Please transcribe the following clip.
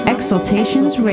Exaltations